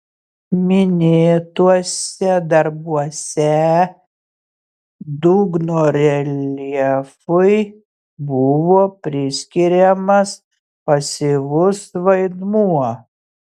minėtuose darbuose dugno reljefui buvo priskiriamas pasyvus vaidmuo